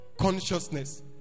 consciousness